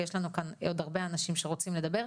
כי יש לנו כאן עוד הרבה אנשים שרוצים לדבר.